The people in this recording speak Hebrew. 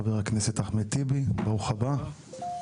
חבר הכנסת אחמד טיבי; ברוך הבא.